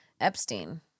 Epstein